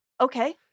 Okay